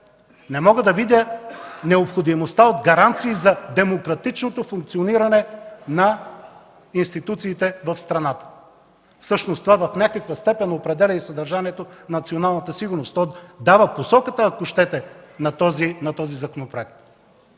не мога да видя необходимостта от гаранции за демократичното функциониране на институциите в страната. Всъщност това в някаква степен определя и съдържанието на националната сигурност, то дава посоката, ако щете, на този законопроект.